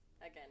again